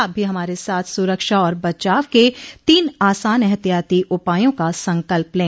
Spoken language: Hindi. आप भी हमारे साथ सुरक्षा और बचाव के तीन आसान एहतियाती उपायों का संकल्प लें